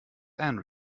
and